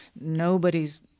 Nobody's